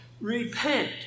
Repent